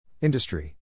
Industry